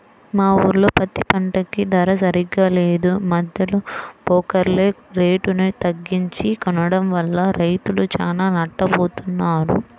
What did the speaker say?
మా ఊర్లో పత్తి పంటకి ధర సరిగ్గా లేదు, మద్దెలో బోకర్లే రేటుని తగ్గించి కొనడం వల్ల రైతులు చానా నట్టపోతన్నారు